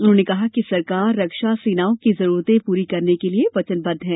उन्होंने कहा कि सरकार रक्षा सेनाओं की जरूरते पूरी करने के लिए वचनबद्व है